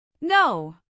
No